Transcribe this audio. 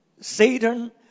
Satan